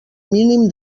mínim